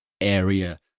area